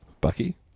Bucky